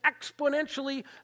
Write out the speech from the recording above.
exponentially